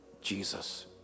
Jesus